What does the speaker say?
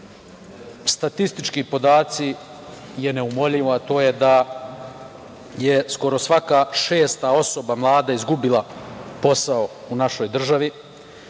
statistički podaci je neumoljivo, a to je da je skoro svaka šesta osoba mlada izgubila posao u našoj državi,